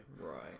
right